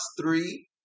three